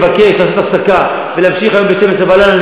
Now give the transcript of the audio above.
אם מישהו פה התעייף ומבקש לעשות הפסקה ולהמשיך היום ב-12 בלילה,